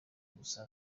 gusa